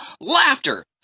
Laughter